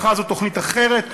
מחר זו תוכנית אחרת.